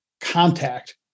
contact